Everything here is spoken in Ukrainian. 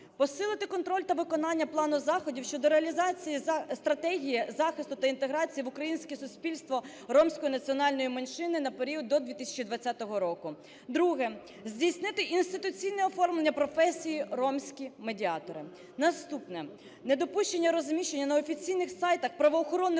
посилити контроль та виконання плану заходів щодо реалізації стратегії захисту та інтеграції в українське суспільство ромської національної меншини на період до 2020 року; друге - здійснити інституційне оформлення професії "ромські медіатори". Наступне. Недопущення розміщення на офіційних сайтах правоохоронних